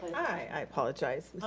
i apologize.